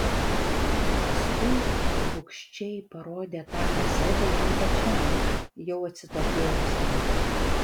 paskui bugščiai parodė tą kasetę jam pačiam jau atsitokėjusiam